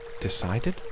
decided